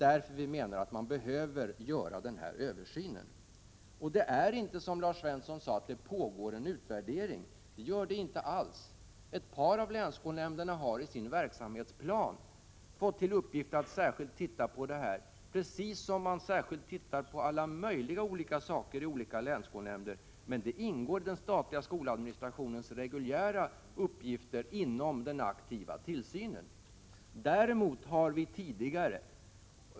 Därför menar vi att det behövs en översyn. Lars Svensson sade att det pågår en utvärdering, men det är inte alls riktigt. I verksamhetsplanen för ett par av länsskolnämnderna ingår uppgiften att särskilt titta på dessa frågor. Men man har ju att särskilt titta på alla möjliga saker i de olika länsskolnämnderna — det ingår ju i den statliga skoladministrationens reguljära uppgifter beträffande den aktiva tillsynen.